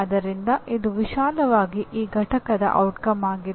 ಆದ್ದರಿಂದ ಇದು ವಿಶಾಲವಾಗಿ ಈ ಪಠ್ಯದ ಪರಿಣಾಮವಾಗಿದೆ